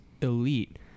elite